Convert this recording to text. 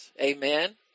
amen